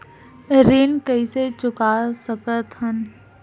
ऋण कइसे चुका सकत हन?